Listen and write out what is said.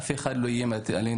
אף אחד לא איים עלינו,